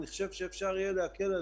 אני חושב שאפשר יהיה להקל עליהם.